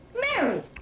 Mary